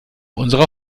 unserer